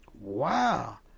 wow